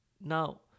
Now